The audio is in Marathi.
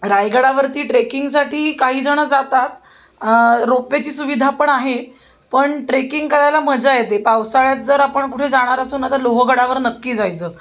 रायगडावरती ट्रेकिंगसाठी काहीजणं जातात रोपवेची सुविधा पण आहे पण ट्रेकिंग करायला मजा येते पावसाळ्यात जर आपण कुठे जाणार असू ना तर लोहगडावर नक्की जायचं